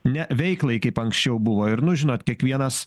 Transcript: ne veiklai kaip anksčiau buvo ir nu žinot kiekvienas